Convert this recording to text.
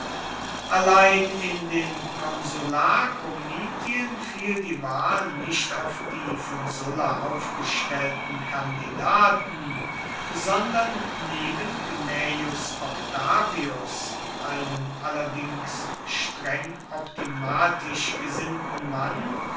allein in den konsularkomitien fiel die wahl nicht auf die von sulla aufgestellten kandidaten sondern neben gnaeus octavius einem allerdings streng optimatisch gesinnten mann